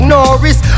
Norris